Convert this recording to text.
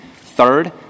Third